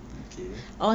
okay